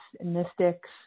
mystics